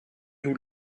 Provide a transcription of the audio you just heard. nous